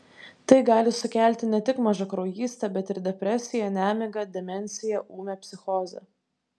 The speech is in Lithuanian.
tai gali sukelti ne tik mažakraujystę bet ir depresiją nemigą demenciją ūmią psichozę